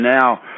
now